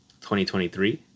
2023